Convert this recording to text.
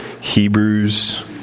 Hebrews